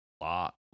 lot